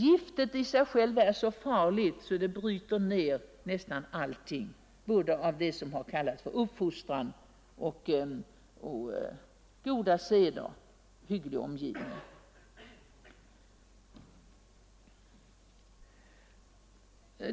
Giftet är i sig självt så farligt att det bryter ner och förstör allting: motståndskraft, uppfostran, goda seder och hygglig omgivning.